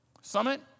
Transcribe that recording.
Summit